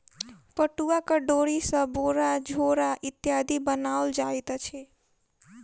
पटुआक डोरी सॅ बोरा झोरा इत्यादि बनाओल जाइत अछि